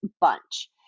bunch